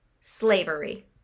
Slavery